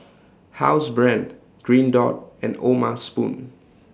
Housebrand Green Dot and O'ma Spoon